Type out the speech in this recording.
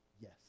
yes